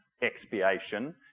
expiation